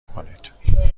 کنید